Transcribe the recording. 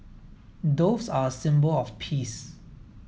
doves are a symbol of peace